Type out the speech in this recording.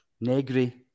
Negri